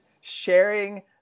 sharing